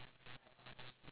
ya